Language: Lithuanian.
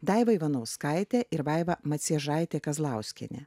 daiva ivanauskaitė ir vaiva mačiežaitė kazlauskienė